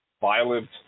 violent